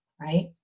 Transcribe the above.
right